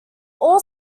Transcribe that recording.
all